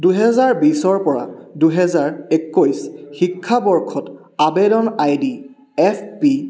দুহেজাৰ বিশৰ পৰা দুহেজাৰ একৈছ শিক্ষাবৰ্ষত আৱেদন আই ডি এফ বি